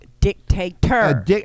Dictator